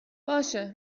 باشه